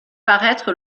paraître